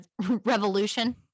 revolution